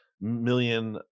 million